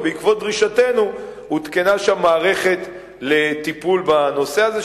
ובעקבות דרישתנו הותקנה שם מערכת לטיפול בנושא הזה,